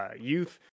youth